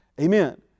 Amen